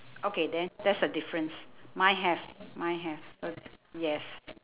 okay then that's a difference mine have mine have so yes